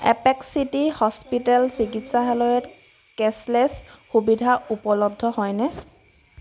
apex city hospital চিকিৎসালয়ত cashless সুবিধা উপলব্ধ হয়নে